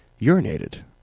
urinated